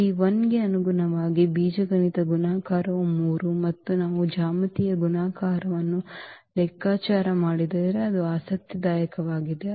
ಈ 1 ಗೆ ಅನುಗುಣವಾಗಿ ಬೀಜಗಣಿತ ಗುಣಾಕಾರವು 3 ಮತ್ತು ನಾವು ಜ್ಯಾಮಿತೀಯ ಗುಣಾಕಾರವನ್ನು ಲೆಕ್ಕಾಚಾರ ಮಾಡಿದರೆ ಅದು ಆಸಕ್ತಿದಾಯಕವಾಗಿದೆ